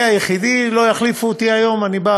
אני אהיה היחידי, לא יחליפו אותי היום, אני בא